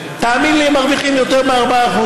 תאמין לי, הן מרוויחות יותר מ-4%,